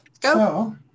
Go